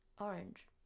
Orange